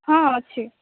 ହଁ ଅଛି